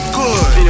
good